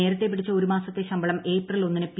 നേരത്തെ പിടിച്ച ഒരു മാസ്സ്തെ ശമ്പളം ഏപ്രിൽ ഒന്നിന് പി